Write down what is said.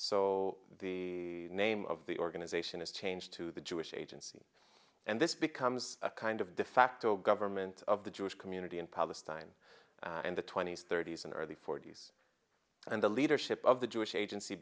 so the name of the organization is changed to the jewish agency and this becomes a kind of defacto government of the jewish community in palestine and the twenty's thirty's and early forty's and the leadership of the jewish agency